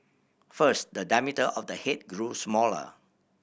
first the diameter of the head grew smaller